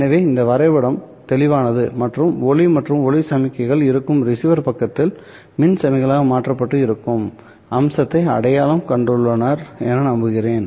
எனவே இந்த வரைபடம் தெளிவானது மற்றும் ஒளி அல்லது ஒளி சமிக்ஞைகள் இருக்கும் ரிசீவர் பக்கத்தில் மின் சமிக்ஞைகளாக மாற்றப்பட்டு இருக்கும் அம்சத்தை அடையாளம் கண்டுள்ளனர் என்று நம்புகிறேன்